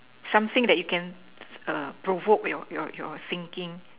something that you can err provoke your your your thinking